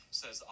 says